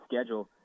schedule